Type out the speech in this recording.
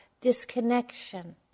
disconnection